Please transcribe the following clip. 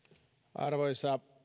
arvoisa